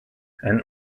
and